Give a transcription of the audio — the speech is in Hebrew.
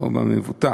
או במבוטח,